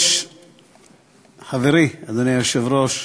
חברי אדוני היושב-ראש,